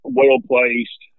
well-placed